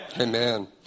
Amen